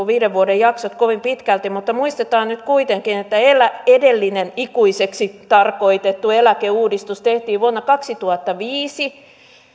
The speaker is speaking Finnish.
viiden vuoden jaksot tuntuvat kovin pitkiltä mutta muistetaan nyt kuitenkin että edellinen ikuiseksi tarkoitettu eläkeuudistus tehtiin vuonna kaksituhattaviisi